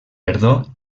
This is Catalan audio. perdó